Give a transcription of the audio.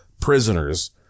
prisoners